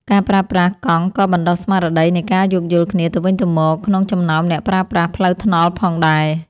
ការប្រើប្រាស់កង់ក៏បណ្ដុះស្មារតីនៃការយោគយល់គ្នាទៅវិញទៅមកក្នុងចំណោមអ្នកប្រើប្រាស់ផ្លូវថ្នល់ផងដែរ។